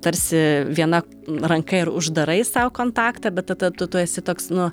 tarsi viena ranka ir uždarai sau kontaktą bet tada tu tu esi toks nu